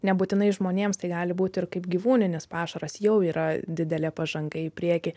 nebūtinai žmonėms tai gali būti ir kaip gyvūninis pašaras jau yra didelė pažanga į priekį